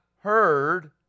heard